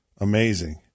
amazing